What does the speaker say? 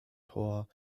tor